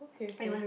okay okay